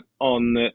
on